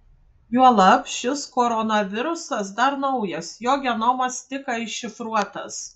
juolab šis koronavirusas dar naujas jo genomas tik ką iššifruotas